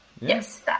Yes